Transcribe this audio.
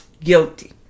guilty